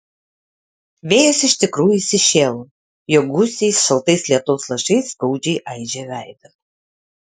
vėjas iš tikrųjų įsišėlo jo gūsiai šaltais lietaus lašais skaudžiai aižė veidą